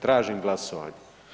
Tražim glasovanje.